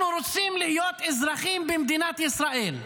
אנחנו רוצים להיות אזרחים במדינת ישראל,